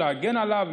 להגן עליו,